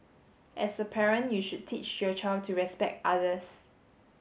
as a parent you should teach your child to respect others